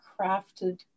crafted